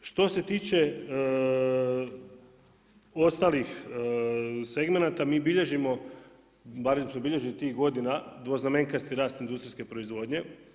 Što se tiče, ostalih segmenata mi bilježimo, barem su bilježili tih godina dvoznamenkasti rast industrijske proizvodnje.